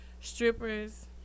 strippers